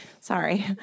sorry